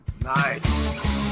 Nice